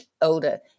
older